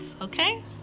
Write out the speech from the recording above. Okay